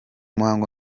muhango